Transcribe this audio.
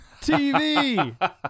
TV